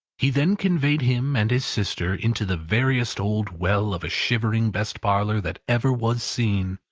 he then conveyed him and his sister into the veriest old well of a shivering best-parlour that ever was seen,